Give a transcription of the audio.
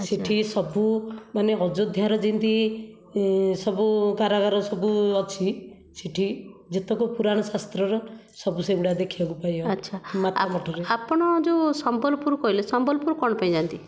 ସେଇଠି ସବୁ ମାନେ ଅଯୋଧ୍ୟାର ଯେନ୍ତି ସବୁ କାରାଗାର ସବୁ ଅଛି ସେଇଠି ଯେତେକ ପୁରାଣ ଶାସ୍ତ୍ରର ସବୁ ସେଗୁଡ଼ା ଦେଖିବାକୁ ପାଇବା ଆଛା ଆପଣ ମାତା ମଠ ରେ ଆପଣ ଯେଉଁ ସମ୍ବଲପୁର କହିଲେ ସମ୍ବଲପୁର କ'ଣ ପାଇଁ ଯାଆନ୍ତି